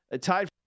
tied